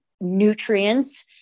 nutrients